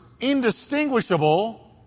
indistinguishable